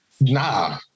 Nah